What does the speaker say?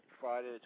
Friday